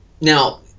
Now